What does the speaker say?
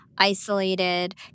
isolated